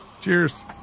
Cheers